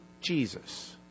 Jesus